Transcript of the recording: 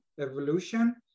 evolution